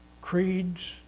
Creeds